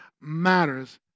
matters